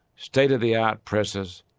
state of the art presses,